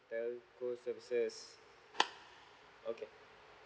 telco services okay